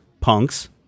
punks